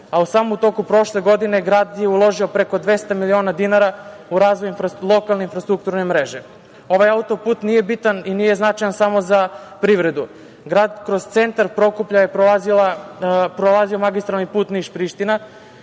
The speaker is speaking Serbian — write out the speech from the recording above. autoput. U toku prošle godine grad je uložio preko 200 miliona dinara u razvoj lokalne infrastrukturne mreže. Ovaj autoput nije bitan i nije značajan samo za privredu. Kroz centar Prokuplja je prolazio magistralni put Niš-Priština,